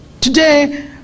Today